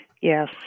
yes